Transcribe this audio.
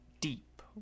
deep